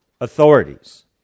authorities